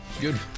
Good